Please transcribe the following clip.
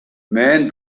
men